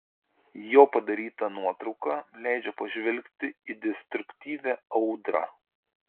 jo padaryta nuotrauka leidžia pažvelgti į destruktyvią audrą